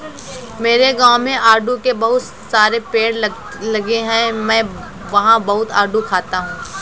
मेरे गाँव में आड़ू के बहुत सारे पेड़ लगे हैं मैं वहां बहुत आडू खाता हूँ